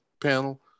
panel